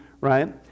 right